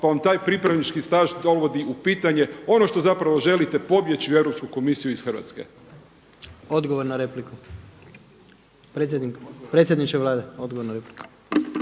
pa vam taj pripravnički staž dovodi u pitanje ono što zapravo želite pobjeći u Europsku komisiju iz Hrvatske. **Jandroković, Gordan (HDZ)** Odgovor na repliku. Predsjedniče Vlade odgovor na repliku.